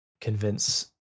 convince